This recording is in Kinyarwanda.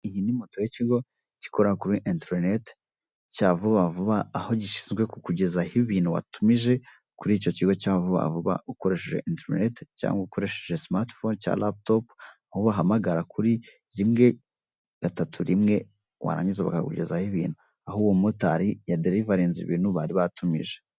Iyi ni moto y'ikigo gikorera kuri interineti cya vuba vuba, aho gishinzwe kukugezaho ibintu watumije kuri icyo kigo cya vuba vuba, ukoresheje interineti cyangwa ukoresheje simati foni, cyangwa raputopu, aho ubahamagara kuri rimwe, gatatu, rimwe, warangiza bakakugezaho ibintu. Aho uwo mumotari yaderivarinze ibintu bari batumije.